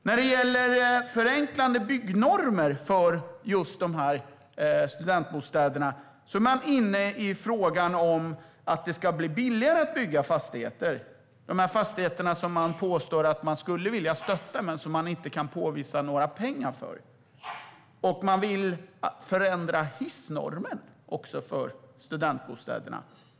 När det gäller förenklande byggnormer för studentbostäder är Sverigedemokraterna inne på att det ska bli billigare att bygga fastigheter - de fastigheter som de påstår att de vill stötta men som de inte kan påvisa några pengar för. Sverigedemokraterna vill också förändra hissnormen för studentbostäderna.